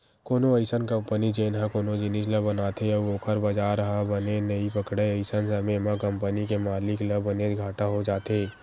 कोनो अइसन कंपनी जेन ह कोनो जिनिस ल बनाथे अउ ओखर बजार ह बने नइ पकड़य अइसन समे म कंपनी के मालिक ल बनेच घाटा हो जाथे